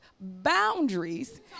boundaries